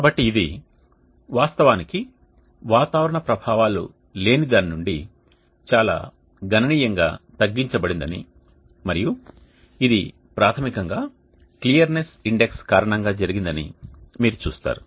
కాబట్టి ఇది వాస్తవానికి వాతావరణ ప్రభావాలు లేని దాని నుండి చాలా గణనీయంగా తగ్గించ బడిందని మరియు ఇది ప్రాథమికంగా క్లియర్నెస్ ఇండెక్స్ కారణంగా జరిగిందని మీరు చూస్తారు